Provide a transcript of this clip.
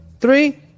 three